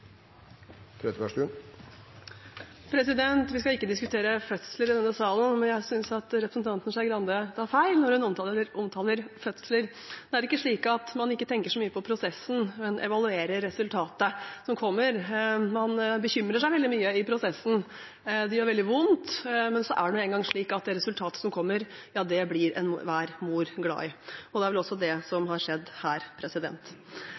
replikkordskifte. Vi skal ikke diskutere fødsler i denne salen, men jeg synes representanten Skei Grande tar feil når hun omtaler fødsler. Det er ikke slik at man ikke tenker så mye på prosessen, men evaluerer resultatet som kommer. Man bekymrer seg veldig mye i prosessen, og det gjør veldig vondt, men så er det nå engang slik at det som kommer som et resultat, ja, det blir enhver mor glad i. Det er vel også det som har skjedd her.